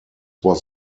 was